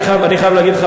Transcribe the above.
אני חייב לומר לך,